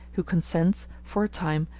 who consents, for a time,